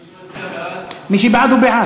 מי שמצביע בעד, מי שבעד, הוא בעד.